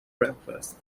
breakfast